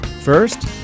First